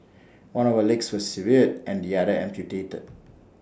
one of her legs was severed and the other amputated